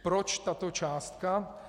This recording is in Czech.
Proč tato částka?